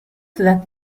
that